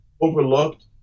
overlooked